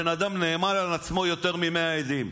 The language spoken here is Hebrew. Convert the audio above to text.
בן אדם נאמן על עצמו יותר ממאה עדים.